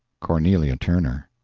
cornelia turner.